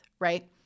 right